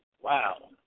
Wow